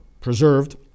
preserved